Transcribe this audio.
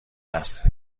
است